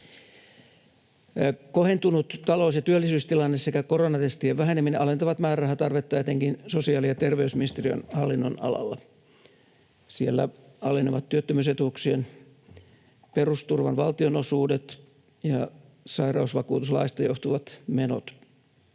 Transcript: Kohentunut talous- ja työllisyystilanne sekä koronatestien väheneminen alentavat määrärahatarvetta etenkin sosiaali- ja terveysministeriön hallinnonalalla. Siellä alenevat työttömyysetuuksien perusturvan valtionosuudet ja sairausvakuutuslaista johtuvat menot